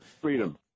Freedom